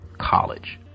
College